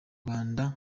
rwanda